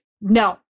No